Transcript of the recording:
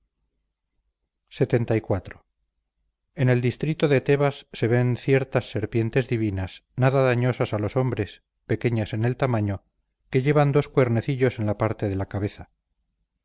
lxxiv en el distrito de tebas se ven ciertas serpientes divinas nada dañosas a los hombres pequeñas en el tamaño que llevan dos cuernecillos en la parte de la cabeza